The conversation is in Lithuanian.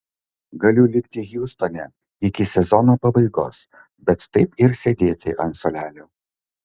galiu likti hjustone iki sezono pabaigos bet taip ir sėdėti ant suolelio